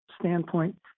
standpoint